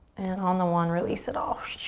and on the one release it all.